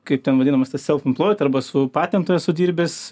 kaip ten vadinamas tas selfemploid arba su patentu esu dirbęs